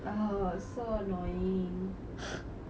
then ya then like